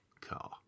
car